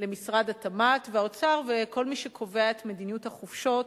למשרד התמ"ת ולאוצר ולכל מי שקובע את מדיניות החופשות